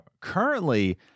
Currently